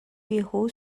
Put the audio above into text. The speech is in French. héros